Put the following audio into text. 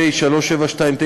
פ/3729/20,